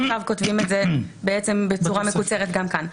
עכשיו כותבים את זה בצורה מקוצרת גם כאן.